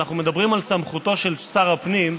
כשאנחנו מדברים על סמכותו של שר הפנים,